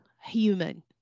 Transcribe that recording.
human